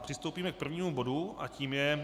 Přistoupíme k prvnímu bodu a tím je